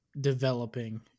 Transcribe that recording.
developing